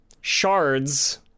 shards